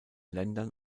ländern